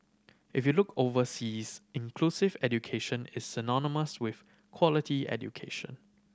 if you look overseas inclusive education is synonymous with quality education